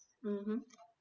mmhmm